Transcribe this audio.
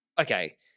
okay